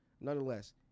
nonetheless